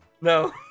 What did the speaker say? No